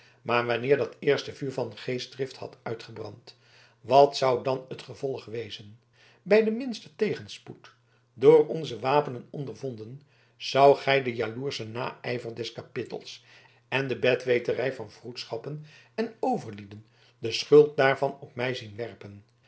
maar wanneer dat eerste vuur van geestdrift had uitgebrand wat zou dan het gevolg wezen bij den minsten tegenspoed door onze wapenen ondervonden zoudt gij den jaloerschen naijver der kapittels en de bet weterij van vroedschappen en overlieden de schuld daarvan op mij zien werpen